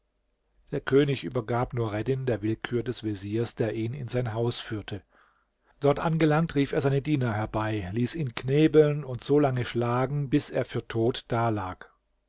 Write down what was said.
der könig übergab nureddin der willkür des veziers der ihn in sein haus führte dort angelangt rief er seine diener herbei ließ ihn knebeln und so lange schlagen bis er für tot da lag